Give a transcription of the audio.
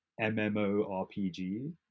MMORPG